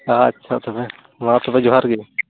ᱟᱪᱪᱷᱟ ᱛᱚᱵᱮ ᱢᱟ ᱛᱚᱵᱮ ᱡᱚᱦᱟᱨᱜᱮ